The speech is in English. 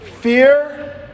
fear